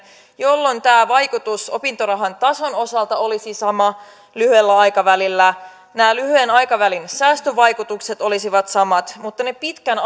jolloin tämä vaikutus opintorahan tason osalta olisi sama lyhyellä aikavälillä nämä lyhyen aikavälin säästövaikutukset olisivat samat mutta ne pitkän